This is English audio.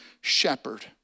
shepherd